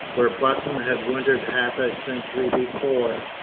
where button had wintered half a century before.